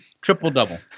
Triple-double